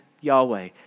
Yahweh